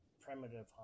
primitive